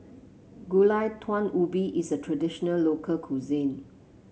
Gulai Daun Ubi is a traditional local cuisine